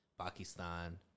pakistan